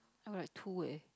I write two leh